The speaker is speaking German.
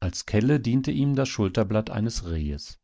als kelle diente ihm das schulterblatt eines rehes